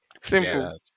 Simple